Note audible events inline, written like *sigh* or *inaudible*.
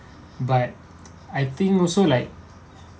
but *noise* I think also like